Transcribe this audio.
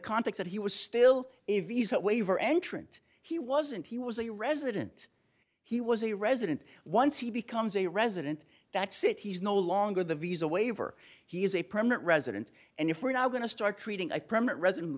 contacts that he was still if you use that waiver entrance he wasn't he was a resident he was a resident once he becomes a resident that's it he's no longer the visa waiver he is a permanent resident and if we're not going to start creating a permanent resident